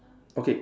okay